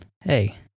hey